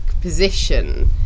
position